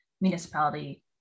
municipality